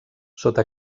sota